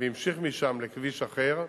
והמשיך משם לכביש אחר,